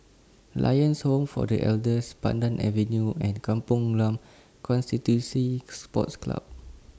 Lions Home For The Elders Pandan Avenue and Kampong Glam Constituency Sports Club